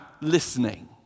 listening